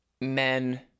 men